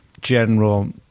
general